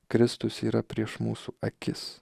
kristus yra prieš mūsų akis